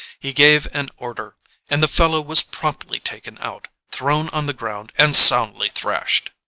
he gave an order and the fellow was promptly taken out, thrown on the ground, and soundly thrashed.